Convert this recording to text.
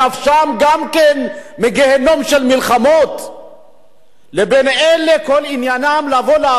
מגיהינום של מלחמות עם אלה שכל עניינם הוא לבוא לעבוד,